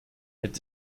mit